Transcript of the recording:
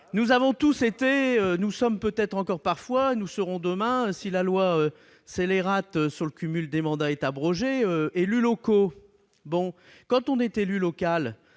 Nous avons tous été, nous sommes peut-être encore parfois et nous serons demain- si la loi scélérate sur le cumul des mandats est abrogée ! -des élus locaux. En tant que tels,